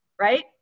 right